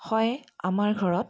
হয় আমাৰ ঘৰত